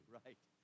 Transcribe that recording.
right